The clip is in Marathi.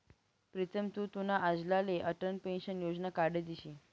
प्रीतम तु तुना आज्लाले अटल पेंशन योजना काढी दिशी